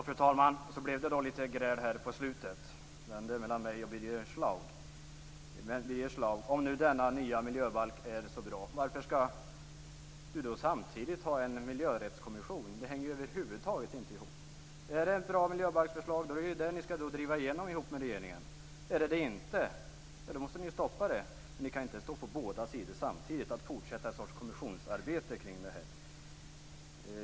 Fru talman! Så blev det då litet gräl här på slutet mellan mig och Birger Schlaug. Birger Schlaug! Om nu denna nya miljöbalk är så bra, varför skall ni då samtidigt ha en miljörättskommission? Det hänger över huvud taget inte ihop. Är det ett bra miljöbalksförslag är det ju det ni skall driva igenom ihop med regeringen. Är det inte det måste ni ju stoppa det. Ni kan inte stå på båda sidor samtidigt och fortsätta med någon sorts kommissionsarbete kring det här.